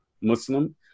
Muslim